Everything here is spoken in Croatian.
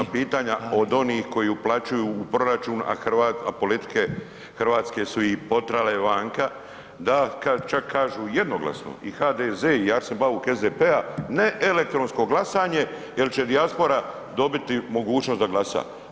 To su pitanja od onih koji uplaćuju u proračun, a politike hrvatske su ih potirale vanka, da čak kažu jednoglasno i HDZ i Arsen Bauk SDP-a ne elektronsko glasanje jer će dijaspora dobiti mogućnost da glasa.